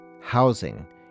housing